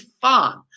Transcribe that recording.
fun